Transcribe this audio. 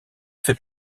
fait